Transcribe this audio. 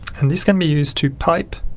and this can be used to pipe